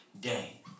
day